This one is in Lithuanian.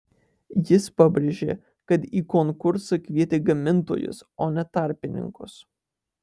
jis pabrėžė kad į konkursą kvietė gamintojus o ne tarpininkus